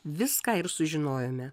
viską ir sužinojome